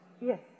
Yes